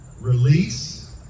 Release